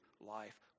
life